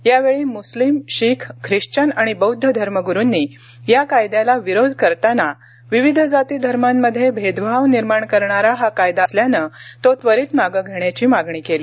यावेळी मुस्लीम शीख ख्रिश्चन आणि बौद्ध धर्मगुरुंनी या कायद्याला विरोध करताना विविध जातीधर्मांमध्ये भेदभाव निर्माण करणारा हा कायदा असल्यानं तो त्वरीत मागं घेण्याची मागणी केली